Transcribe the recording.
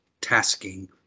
tasking